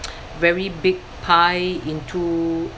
very big pie into